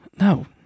No